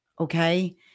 okay